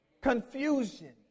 confusion